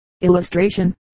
Illustration